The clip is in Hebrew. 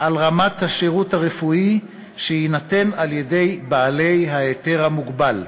על רמת השירות הרפואי שיינתן על-ידי בעלי ההיתר המוגבל.